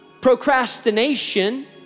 procrastination